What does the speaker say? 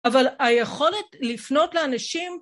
אבל היכולת לפנות לאנשים